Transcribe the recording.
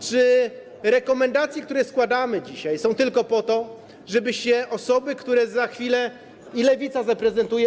Czy rekomendacje, które składamy dzisiaj, są tylko po to, żebyście odrzucili osoby, które za chwilę i Lewica zaprezentuje?